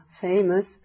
famous